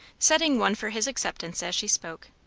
setting one for his acceptance as she spoke.